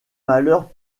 malheur